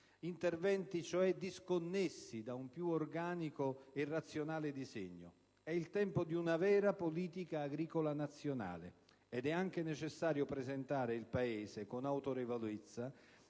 anche quelli) e disconnessi da un più organico e razionale disegno. È il tempo di una vera politica agricola nazionale. Ed è anche necessario presentare il Paese con autorevolezza